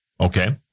Okay